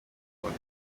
abona